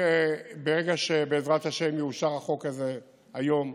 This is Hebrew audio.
ברגע שבעזרת השם יאושר החוק הזה היום,